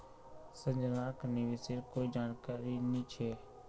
संजनाक निवेशेर कोई जानकारी नी छेक